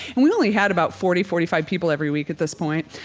and we only had about forty, forty five people every week at this point.